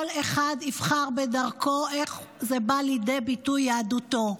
כל אחד יבחר בדרכו איך באה לידי ביטוי יהדותו.